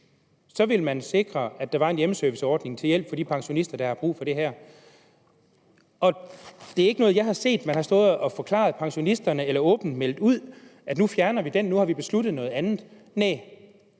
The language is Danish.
ud, ville man sikre, at der var en hjemmeserviceordning til hjælp for de pensionister, der har brug for det. Det er ikke noget, som jeg har set man har stået og forklaret pensionisterne, eller som man åbent har meldt ud at man nu fjerner, at man nu har besluttet noget andet, næh,